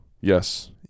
yes